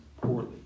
poorly